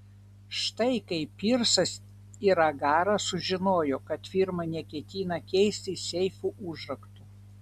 štai kaip pirsas ir agaras sužinojo kad firma neketina keisti seifų užraktų